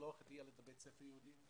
לשלוח את הילד לבית ספר יהודי,